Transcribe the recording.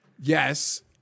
Yes